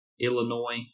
Illinois